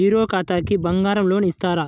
Zero ఖాతాకి బంగారం loan ఇస్తారా?